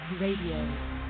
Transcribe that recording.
Radio